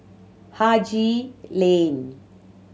Haji Lane